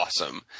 awesome